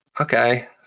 okay